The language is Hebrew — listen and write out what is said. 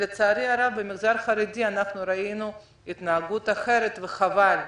לצערי הרב, במגזר החרדי ראינו התנהגות אחרת וחבל,